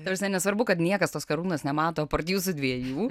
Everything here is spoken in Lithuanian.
ta prasme nesvarbu kad niekas tos karūnos nemato jūsų dviejų